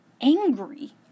angry